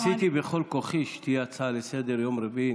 ניסיתי בכל כוחי שתהיה הצעה לסדר-היום ברביעי.